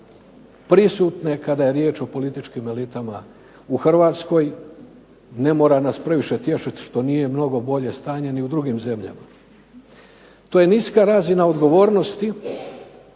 prisutne kada je riječ o političkim elitama u Hrvatskoj. Ne mora nas previše tješiti što nije mnogo bolje stanje ni u drugim zemljama. To je niska razina odgovornosti